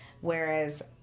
Whereas